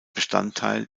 bestandteil